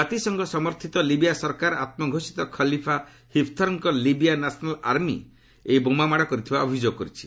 ଜାତିସଂଘ ସମର୍ଥତ ଲିବିଆ ସରକାର ଆତ୍ମଘୋଷିତ ଖଲିଫା ହିଫ୍ତର୍କ ଲିବିଆ ନ୍ୟାସନାଲ୍ ଆର୍ମି ଏହି ବୋମାମାଡ଼ କରିଥିବା ଅଭିଯୋଗ କରିଛି